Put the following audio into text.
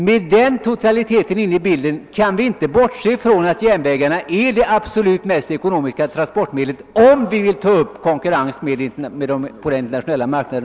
Med den totaliteten i bilden kan vi inte bortse från att järnvägarna är det absolut mest ekonomiska transportmedlet, om vi vill ta upp konkurrensen också på den internationella marknaden... :